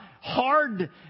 hard